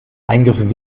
eingriff